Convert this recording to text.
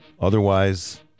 Otherwise